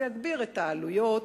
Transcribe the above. זה יגדיל את העלויות,